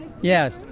Yes